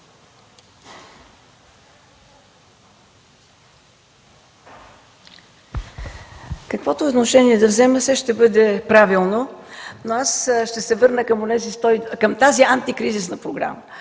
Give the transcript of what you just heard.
Каквото и отношение да взема, все ще бъде правилно. Ще се върна към тази антикризисна програма.